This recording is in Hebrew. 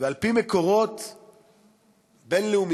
ועל-פי מקורות בין-לאומיים,